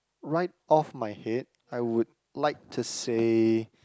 right off my head I would like to say